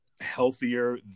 healthier